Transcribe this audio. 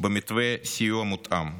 במתווה סיוע מותאם.